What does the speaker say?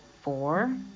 Four